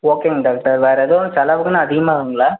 ஓகேங்க டாக்டர் வேறு எதுவும் செலவுகுன்னு அதிகமாகுங்களா